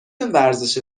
ورزش